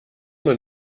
man